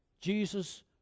Jesus